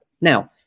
Now